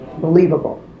believable